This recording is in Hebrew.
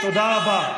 תודה רבה.